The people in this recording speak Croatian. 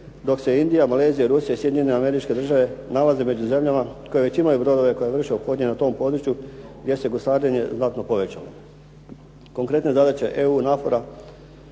dok se Indija, Malezija, Rusija, Sjedinjene Američke Države nalaze među zemljama koje već imaju brodove koje vrše ophodnje na tom području gdje se gusarenje znatno povećalo. Konkretne zadaće EU